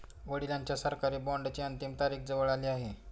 वडिलांच्या सरकारी बॉण्डची अंतिम तारीख जवळ आली आहे